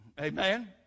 Amen